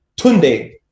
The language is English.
Tunde